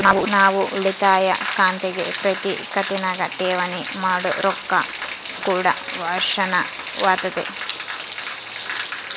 ನಾವು ಉಳಿತಾಯ ಖಾತೆಗೆ ಪ್ರತಿ ಕಂತಿನಗ ಠೇವಣಿ ಮಾಡೊ ರೊಕ್ಕ ಕೂಡ ವರ್ಷಾಶನವಾತತೆ